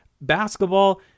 Basketball